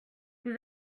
vous